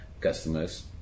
customers